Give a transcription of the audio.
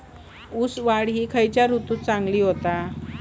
ऊस वाढ ही खयच्या ऋतूत चांगली होता?